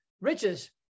Riches